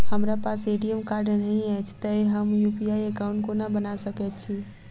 हमरा पास ATM card नहि अछि तए हम यु.पी.आई एकॉउन्ट कोना बना सकैत छी